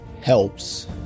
helps